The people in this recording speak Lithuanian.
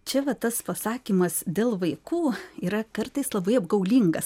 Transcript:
čia va tas pasakymas dėl vaikų yra kartais labai apgaulingas